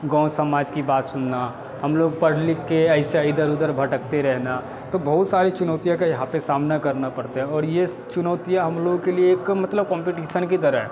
गाँव समाज की बात सुनना हम लोग पढ़ लिखके ऐसा इधर उधर भटकते रहना तो बहुत सारी चुनौतियों का यहाँ पे सामना करना पड़ता है और ये स चुनौतियाँ हम लोग के लिए का मतलब कॉम्पेटीसन की तरह है